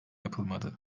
yapılmadı